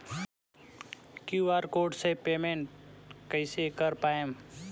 QR code से payment कईसे कर पाएम?